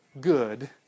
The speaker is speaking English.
good